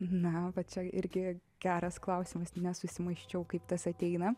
na va čia irgi geras klausimas nesusimąsčiau kaip tas ateina